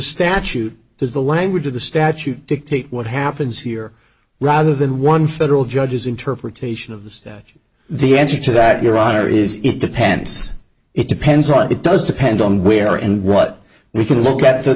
statute does the language of the statute dictate what happens here rather than one federal judge's interpretation of the statute the answer to that your honor is it depends it depends on it it does depend on where and what we can look at the